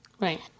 Right